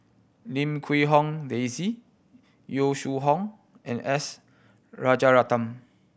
Lim Quee Hong Daisy Yong Shu Hoong and S Rajaratnam